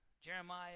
Jeremiah